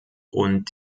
und